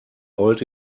old